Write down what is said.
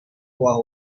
hua